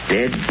Dead